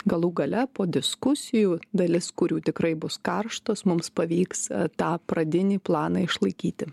galų gale po diskusijų dalis kurių tikrai bus karštos mums pavyks tą pradinį planą išlaikyti